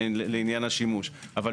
אם יש הבדל בנתונים.